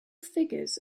figures